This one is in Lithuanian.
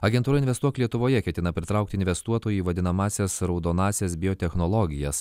agentūra investuok lietuvoje ketina pritraukti investuotojų į vadinamąsias raudonąsias biotechnologijas